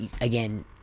again